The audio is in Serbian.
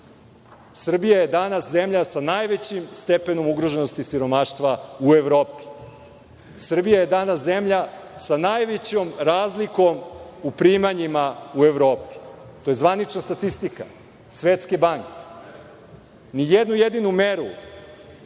Srbija je danas zemlja sa najvećim stepenom ugroženosti i siromaštva u Evropi. Srbija je danas zemlja sa najvećom razlikom u primanjima u Evropi. To je zvaničnastatistika Svetske banke. Ni jednu jedinu meru